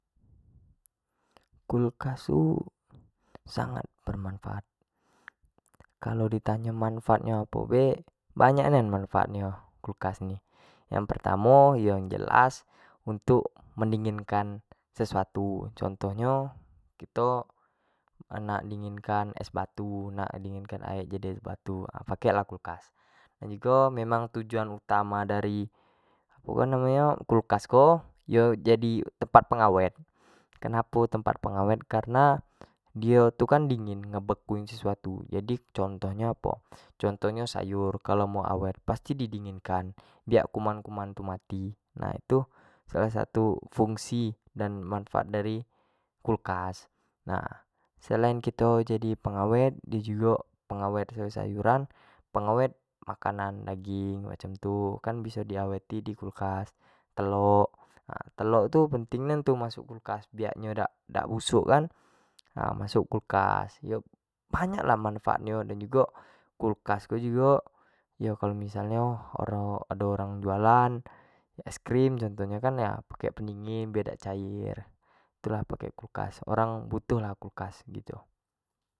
kulkas tu sangat bermanfaat, kalo di tanyo manfaat nyo apo be, banyak nian manfaat nyo kulkas ni, yang pertamo yang jelas untuk menidnginkan sesuatu. contoh yo kito nak mendinginkan es batu, nak dinginkan aek jadi es batu pake lah kulkas, dan jugo memang tujuan utama dari apo namo nyo kulkas ko yo jadi tempat pengawet kenapo tempat pengwet, akrena dio tu dingin ngebekuin sesuatu, jadi contoh nyo apo, contoh nyo sayur kalau mau awet pasti di dinginkan biak kuman- kuman tu mati, nah itu salah satu fungsi dan manfaat dari kulkas, nah selain kito jadi pengawet, pengawet sayur- sayuran dio jugo pengawet makanan daging, macam tu kan biso di aweti dimkulkas, telok, telok tu penting nian tu masuk kulkas, biak dio- biak dio dak busuk kan masuk kulkas, banyak lah manfaat nyo dan jugo kulaks tu jugo misal nyo ado orang jualan ice cream contoh nyo pake pendingin dak cair tu lah masuk lah kulkas, orang butuh lah kulkas gitu.